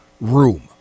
Room